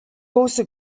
also